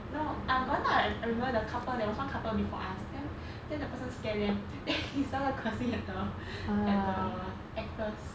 no I'm gonna I remember the couple there was one couple before us them then the person scare them then he started cursing at the at the actors